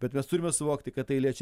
bet mes turime suvokti kad tai liečia